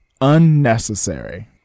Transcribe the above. unnecessary